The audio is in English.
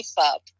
up